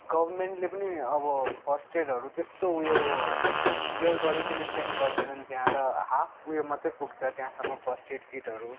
गभर्मेन्टले पनि अब फर्स्ट एडहरू त्यस्तो उयो केयर गरिकन सेन्ड गर्दैनन् त्यहाँ र हाफ उयो मात्रै पुग्छ त्यहाँसम्म फर्स्ट एड किटहरू